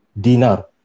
dinar